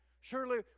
Surely